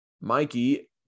Mikey